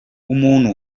umuntu